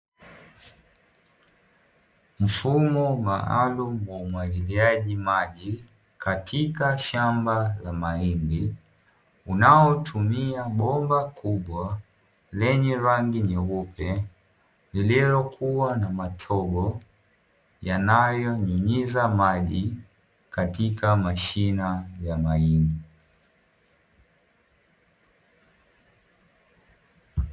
Mfumo maalumu wa umwagiliaji maji katika shamba la mahindi unaotumia bomba kubwa lenye rangi nyeupe, lililokuwa na matobo yanayonyunyiza maji katika mashina ya mahindi.